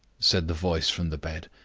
said the voice from the bed,